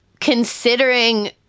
Considering